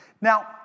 Now